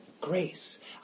grace